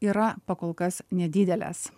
yra pakol kas nedidelės